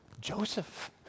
Joseph